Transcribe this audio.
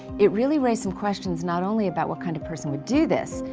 it really raised some questions not only about what kind of person would do this,